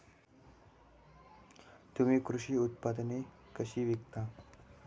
तुम्ही कृषी उत्पादने कशी विकता?